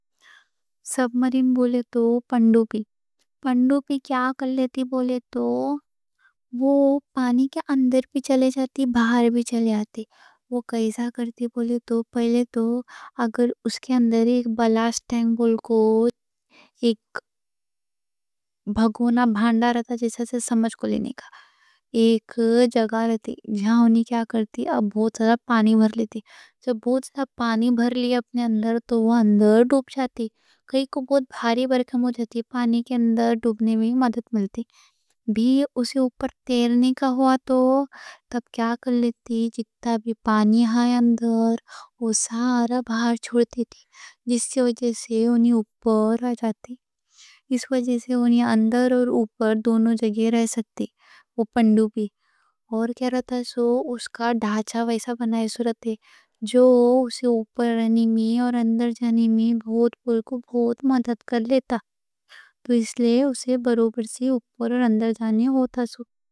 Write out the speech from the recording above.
سبمرین بولے تو پنڈوبی پنڈوبی کیا کر لیتی بولے تو؟ وہ پانی کے اندر بھی چلے جاتی، باہر بھی چلے جاتی۔ وہ کیسا کرتی بولے تو، پہلے تو اگر اس کے اندر ایک بالسٹ ٹینک بولکو ایک بھگونا بھانڈا رہتا، جیسا سے سمجھ کو لینے کا ایک جگہ رہتی۔ جہاں انہی کیا کرتی، اب بہت سارا پانی بھر لیتی۔ جب بہت سارا پانی بھر لی اپنے اندر تو وہ اندر ڈوب جاتی، کائیں کوں بہت بھاری برکم ہو جاتی، پانی کے اندر ڈوبنے میں مدد ملتی بھی اسے۔ اوپر تیر نہیں کہوا تو تب کیا کر لیتی، جتا بھی پانی ہے اندر وہ سارا باہر چھوڑتی تھی جس کے وجہ سے انہی اوپر آ جاتی۔ اس وجہ سے انہی اندر اور اوپر دونوں جگہ رہ سکتی۔ وہ پنڈوبی اور کیا رہتا سو، اس کا ڈھانچا ویسا بنائے سو رہتا جو اسے اوپر رہنی میں اور اندر جانی میں بہت مدد کرلیتا۔ تو اس لیے اسے برابر سے اوپر اور اندر جانی ہوتا سو۔